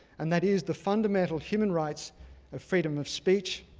and that is the fundamental human rights of freedom of speech,